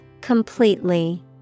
Completely